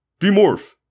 Demorph